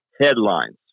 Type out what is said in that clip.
headlines